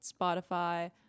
Spotify